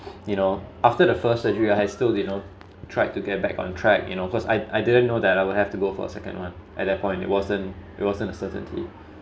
you know after the first surgery I still did not tried to get back on track you know cause I I didn't know that I'll have to go for second one at that point it wasn't it wasn't a certainty